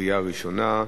בקריאה ראשונה.